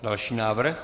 Další návrh.